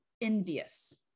envious